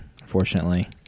unfortunately